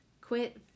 Quit